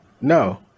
No